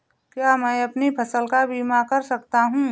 क्या मैं अपनी फसल का बीमा कर सकता हूँ?